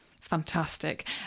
fantastic